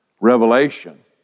Revelation